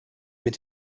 mit